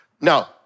Now